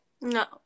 No